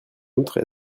outre